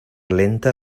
lenta